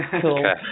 Cool